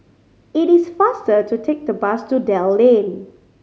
it is faster to take the bus to Dell Lane